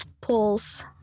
pulse